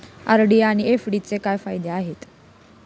RD आणि एफ.डीचे काय फायदे आहेत?